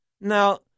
Now